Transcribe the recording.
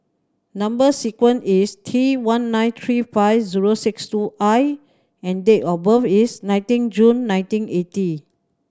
number sequence is T one nine three five zero six two I and date of birth is nineteen June nineteen eighty